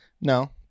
No